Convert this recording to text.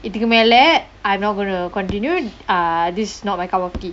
இதுக்கு மேலே:ithukku mela I'm not gonna continue uh this not my cup of tea